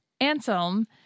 Anselm